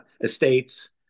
estates